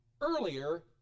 earlier